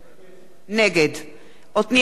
נגד עתניאל שנלר,